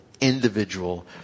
individual